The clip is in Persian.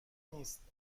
نیست